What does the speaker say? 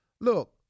Look